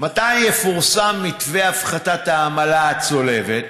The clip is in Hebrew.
3. מתי יפורסם מתווה הפחתת העמלה הצולבת?